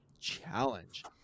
challenge